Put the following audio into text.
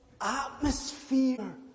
atmosphere